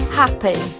happy